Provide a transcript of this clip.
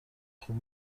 خوب